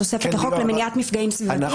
בתוספת לחוק למניעת מפגעים סביבתיים,